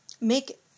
make